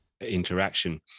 interaction